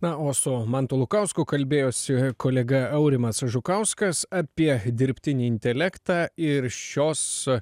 na o su mantu lukausku kalbėjosi kolega aurimas žukauskas apie dirbtinį intelektą ir šios